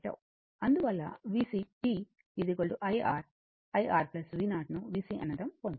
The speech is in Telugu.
అందువల్ల vc t IR IR v0 ను vc అనంతం పొందింది